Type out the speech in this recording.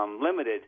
limited